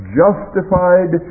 justified